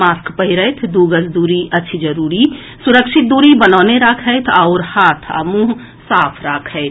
mask पहिरथि दू गज दूरी अछि जरूरी सुरक्षित दूरी बनौने राखथि आओर हाथ आ मुंह साफ राखथि